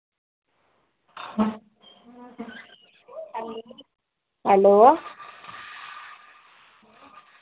hello